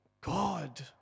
God